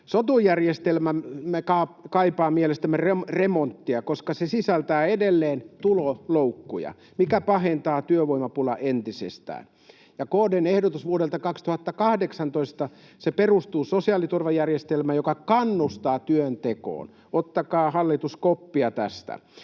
Sotu-järjestelmämme kaipaa mielestämme remonttia, koska se sisältää edelleen tuloloukkuja, mikä pahentaa työvoimapulaa entisestään. KD:n ehdotus vuodelta 2018 perustuu sosiaaliturvajärjestelmään, joka kannustaa työntekoon. Ottakaa, hallitus, koppia tästä.